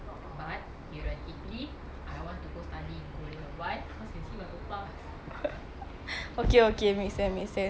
okay okay make sense make sense but eh kita macam orang melayu ni susah seh nak belajar overseas cari makan semua